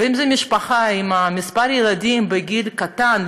ואם זו משפחה עם כמה ילדים בגיל קטן,